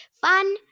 Fun